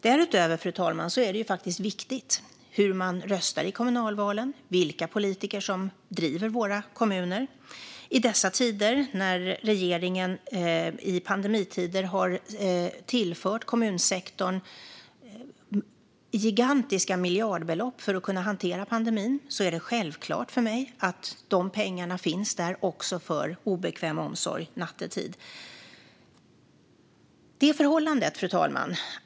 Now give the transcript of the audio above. Därutöver är det faktiskt viktigt hur man röstar i kommunalvalen och vilka politiker som driver våra kommuner. I dessa tider, när regeringen har tillfört kommunsektorn gigantiska miljardbelopp för att hantera pandemin, är det för mig självklart att de pengarna också finns där för obekväm omsorg nattetid. Fru talman!